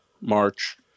March